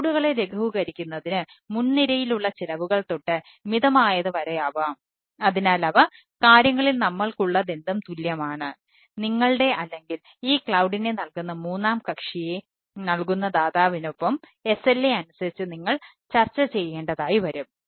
ക്ലൌഡുകളെ നൽകുന്ന മൂന്നാം കക്ഷിയെ നൽകുന്ന ദാതാവിനൊപ്പം SLA അനുസരിച്ച് നിങ്ങൾ ചർച്ച ചെയ്യേണ്ടതായി വരും